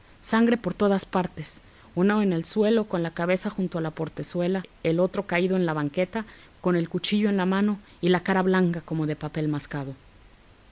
sangre por todas partes uno en el suelo con la cabeza junto a la portezuela el otro caído en la banqueta con el cuchillo en la mano y la cara blanca como de papel mascado